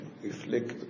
Reflect